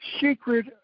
secret